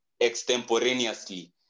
extemporaneously